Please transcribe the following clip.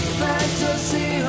fantasy